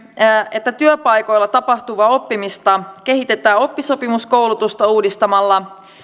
että työpaikoilla tapahtuvaa oppimista kehitetään oppisopimuskoulutusta uudistamalla